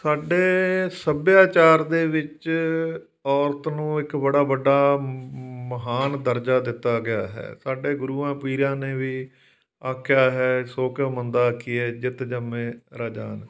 ਸਾਡੇ ਸੱਭਿਆਚਾਰ ਦੇ ਵਿੱਚ ਔਰਤ ਨੂੰ ਇੱਕ ਬੜਾ ਵੱਡਾ ਮਹਾਨ ਦਰਜਾ ਦਿੱਤਾ ਗਿਆ ਹੈ ਸਾਡੇ ਗੁਰੂਆਂ ਪੀਰਾਂ ਨੇ ਵੀ ਆਖਿਆ ਹੈ ਸੋ ਕਿਉ ਮੰਦਾ ਆਖੀਐ ਜਿਤ ਜੰਮੇ ਰਾਜਾਨ